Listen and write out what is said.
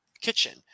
kitchen